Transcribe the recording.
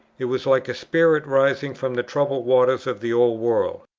it was like a spirit rising from the troubled waters of the old world,